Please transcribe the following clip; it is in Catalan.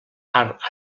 art